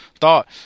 thought